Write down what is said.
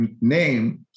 name